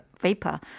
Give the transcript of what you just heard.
vapor